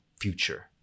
future